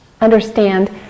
understand